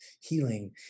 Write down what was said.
healing